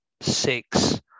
six